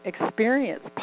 experience